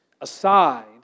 aside